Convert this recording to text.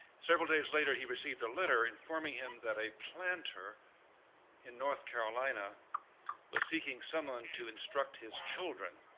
several days later he received a letter informing him that a planter in north carolina was seeking someone to instruct his children.